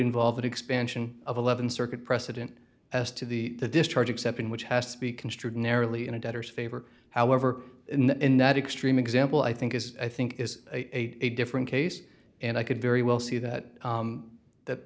involve an expansion of eleven circuit precedent as to the discharge exception which has to be construed narrowly in a debtors favor however in that extreme example i think is i think is a different case and i could very well see that that